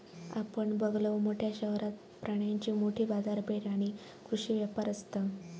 आपण बघलव, मोठ्या शहरात प्राण्यांची मोठी बाजारपेठ आणि कृषी व्यापार असता